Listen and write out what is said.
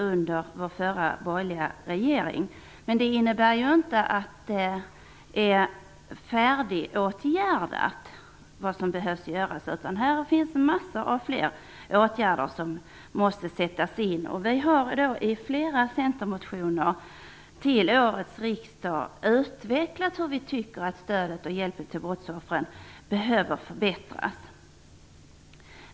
Men det innebär inte att det som behövs göras är färdigåtgärdat. Här finns många fler åtgärder som måste sättas in. Vi har i flera centermotioner till årets riksdag utvecklat hur vi tycker att stödet och hjälpen till brottsoffren behöver förbättras.